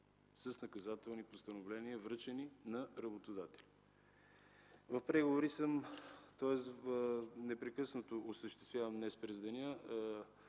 с наказателни постановления, връчени на работодателя. В преговори съм, тоест днес непрекъснато осъществявам разговори